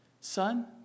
Son